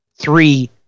three